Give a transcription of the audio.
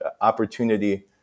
opportunity